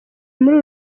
muri